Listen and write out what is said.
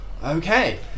Okay